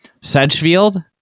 Sedgefield